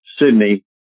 Sydney